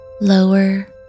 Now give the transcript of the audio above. lower